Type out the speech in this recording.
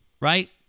right